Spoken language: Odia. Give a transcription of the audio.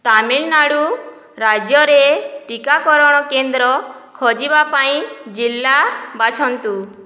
ତାମିଲନାଡ଼ୁ ରାଜ୍ୟରେ ଟିକାକରଣ କେନ୍ଦ୍ର ଖୋଜିବା ପାଇଁ ଜିଲ୍ଲା ବାଛନ୍ତୁ